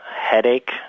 headache